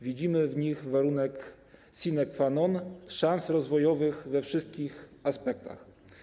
Widzimy w nich warunek sine qua non szans rozwojowych we wszystkich aspektach.